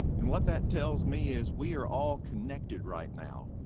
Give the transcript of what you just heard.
and what that tells me is we are all connected right now.